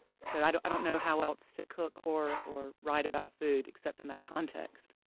so i don't don't know how else to cook or or write about food, except in that context